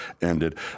ended